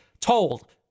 told